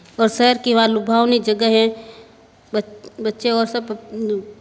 और शहर की वहाँ लुभावनी जगह है बच्चे और सब